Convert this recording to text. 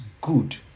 good